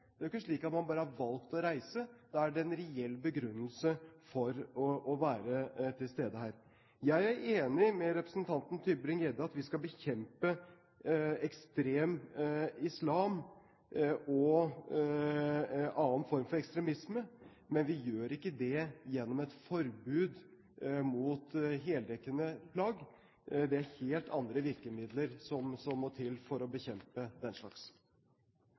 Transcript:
Det er jo ikke slik at man bare har valgt å reise. Da er det en reell begrunnelse for å være til stede her. Jeg er enig med representanten Tybring-Gjedde i at vi skal bekjempe ekstrem islam og annen form for ekstremisme, men vi gjør ikke det gjennom et forbud mot heldekkende plagg. Det er helt andre virkemidler som må til for å bekjempe den slags.